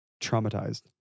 traumatized